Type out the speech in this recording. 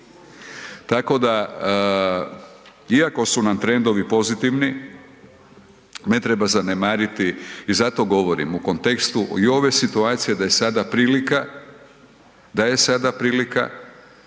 Tako da, iako su nam trendovi pozitivni ne treba zanemariti i zato govorim u kontekstu i ove situacije da je sada prilika,